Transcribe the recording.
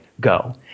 go